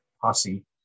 posse